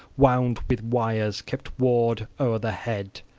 wound with wires, kept ward o'er the head,